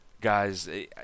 guys